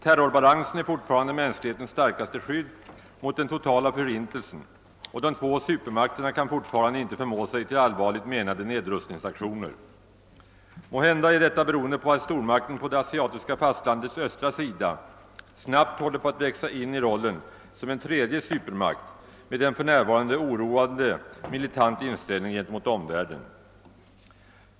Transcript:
Terrorbalansen är fortfarande mänsklighetens starkaste skydd mot den totala förintelsen, och de två supermakterna kan fortfarande icke förmå sig till allvarligt menade nedrustningsaktioner. Måhända är detta beroende på att stormakten på det asiatiska fastlandets östra sida snabbt håller på att växa in i rollen som en tredje supermakt med en för närvarande oroande militant inställning gentemot omvärlden.